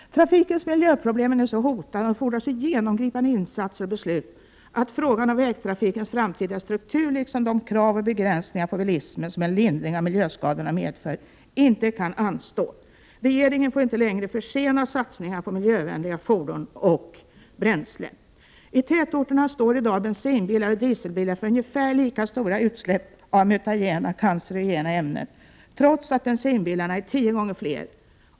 Trafikens miljöproblem är nu så hotande och fordrar så genomgripande insatser och beslut att frågan om vägtrafikens framtida struktur liksom de krav och begränsningar beträffande bilismen som en lindring av miljöskadorna medför inte kan anstå. Regeringen får inte längre försena satsningarna på miljövänliga fordon och bränslen. I tätorterna står i dag bensinoch dieseldrivna bilar för ungefär lika stora utsläpp av mutagena/cancerogena ämnen — trots att de bensindrivna bilarna är tio gånger fler.